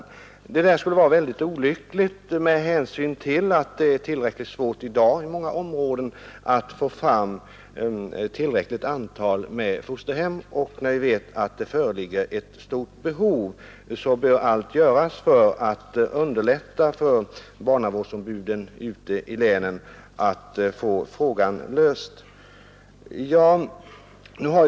Detta är mycket olyckligt, med hänsyn till att det redan nu i många områden möter svårigheter att få tillräckligt många fosterhem. När vi alltså vet att det föreligger ett så stort behov bör allt göras för att underlätta för barnavårdsombuden ute i länen att få denna fråga löst.